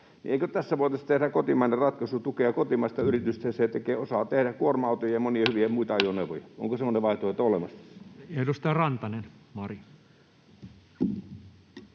Eikö tässä voitaisi tehdä kotimainen ratkaisu, tukea kotimaista yritystä? Se osaa tehdä kuorma-autoja ja monia muita hyviä ajoneuvoja. Onko semmoinen vaihtoehto olemassa? [Speech 179]